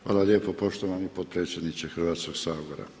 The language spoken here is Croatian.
Hvala lijepo poštovani potpredsjedniče Hrvatskog sabora.